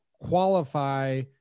qualify